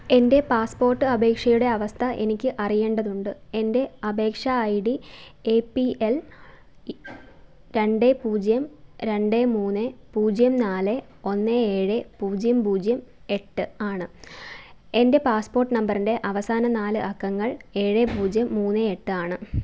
എൻ്റെ പാസ്പോർട്ട് അപേക്ഷയുടെ അവസ്ഥ എനിക്ക് അറിയേണ്ടതുണ്ട് എൻ്റെ അപേക്ഷാ I D A P L രണ്ട് പൂജ്യം രണ്ട് മൂന്ന് പൂജ്യം നാല് ഒന്ന് ഏഴ് പൂജ്യം പൂജ്യം എട്ട് ആണ് എൻ്റെ പാസ്പോർട്ട് നമ്പറിൻ്റെ അവസാന നാല് അക്കങ്ങൾ ഏഴ് പൂജ്യം മൂന്ന് എട്ട് ആണ്